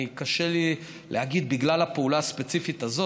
קשה לי להגיד: בגלל הפעולה הספציפית הזאת,